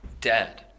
dead